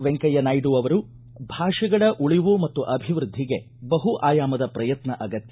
ವೆಂಕಯ್ಕ ನಾಯ್ಡ ಅವರು ಭಾಷೆಗಳ ಉಳಿವು ಮತ್ತು ಅಭಿವೃದ್ಧಿಗೆ ಬಹು ಆಯಾಮದ ಪ್ರಯತ್ನ ಆಗತ್ಯ